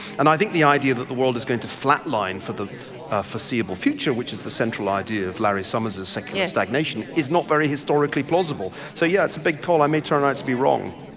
and i think the idea that the world is going to flat line for the foreseeable future, which is the central idea of larry summer's secular stagnation is not very historically plausible, so yeah, it's a big call, i may turn out to be wrong.